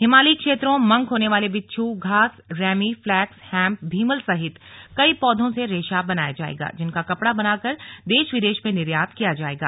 हिमालयी क्षेत्रों मंक होने वाले बिच्छू घास रैमी फ्लैक्स हैम्प भीमल सहित कई पौंधों से रैशा बनाया जायेगा जिनका कपड़ा बनाकर देश विदेश में निर्यात किया जायेगा